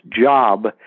job